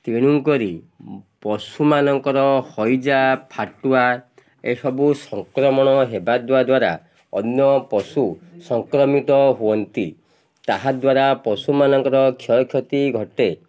ତେଣୁକରି ପଶୁମାନଙ୍କର ହଇଜା ଫାଟୁଆ ଏସବୁ ସଂକ୍ରମଣ ହେବା ଦ୍ୱାରା ଅନ୍ୟ ପଶୁ ସଂକ୍ରମିତ ହୁଅନ୍ତି ତାହାଦ୍ୱାରା ପଶୁମାନଙ୍କର କ୍ଷୟକ୍ଷତି ଘଟେ